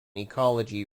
ecology